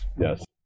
yes